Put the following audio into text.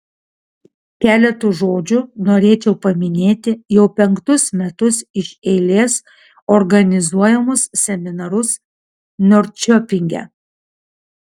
keletu žodžių norėčiau paminėti jau penktus metus iš eilės organizuojamus seminarus norčiopinge